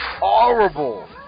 horrible